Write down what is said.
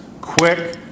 quick